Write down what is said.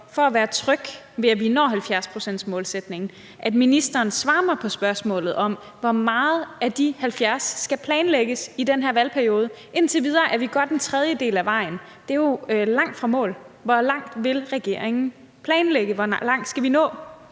for at være tryg ved, at vi når 70-procentsmålsætningen, har jeg behov for, at ministeren svarer mig på spørgsmålet om, hvor meget af de 70 pct., der skal planlægges i den her valgperiode. Indtil videre er vi godt en tredjedel af vejen. Det er jo langt fra mål. Hvor langt vil regeringen planlægge? Hvor langt skal vi nå